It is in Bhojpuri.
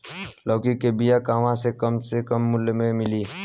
लौकी के बिया कहवा से कम से कम मूल्य मे मिली?